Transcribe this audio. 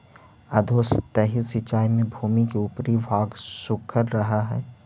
अधोसतही सिंचाई में भूमि के ऊपरी भाग सूखल रहऽ हइ